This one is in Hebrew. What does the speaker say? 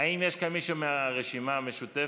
האם יש כאן מישהו מהרשימה המשותפת?